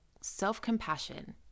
self-compassion